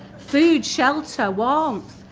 food, shelter, warmth,